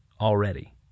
already